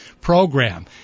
program